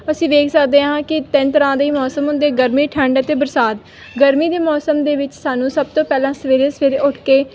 ਅਸੀਂ ਵੇਖ ਸਕਦੇ ਹਾਂ ਕਿ ਤਿੰਨ ਤਰ੍ਹਾਂ ਦੇ ਹੀ ਮੌਸਮ ਹੁੰਦੇ ਗਰਮੀ ਠੰਡ ਅਤੇ ਬਰਸਾਤ ਗਰਮੀ ਦੇ ਮੌਸਮ ਦੇ ਵਿੱਚ ਸਾਨੂੰ ਸਭ ਤੋਂ ਪਹਿਲਾਂ ਸਵੇਰੇ ਸਵੇਰੇ ਉੱਠ ਕੇ